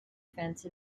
fence